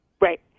Right